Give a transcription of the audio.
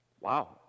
Wow